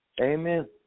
Amen